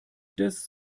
des